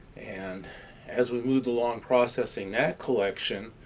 and as we moved along processing that collection,